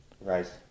Right